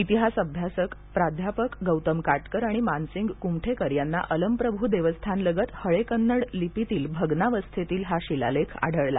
इतिहास अभ्यासक प्राध्यापक गौतम काटकर आणि मानसिंग कुमठेकर यांना अलंप्रभू देवस्थान लगत हळेकन्नड लिपीतील भग्नावस्थेतील हा शिलालेख आढळला